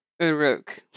Uruk